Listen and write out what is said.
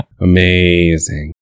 Amazing